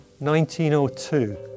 1902